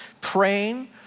praying